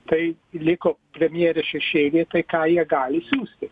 tai liko premjerės šešėlyje tai ką jie gali siųsti